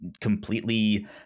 completely